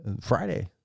friday